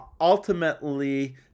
Ultimately